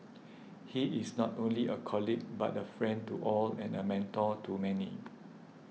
he is not only a colleague but a friend to all and a mentor to many